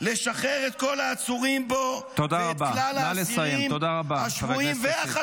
לשחרר את כל העצורים בו ואת כלל האסירים -- תודה רבה.